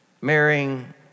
marrying